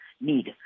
need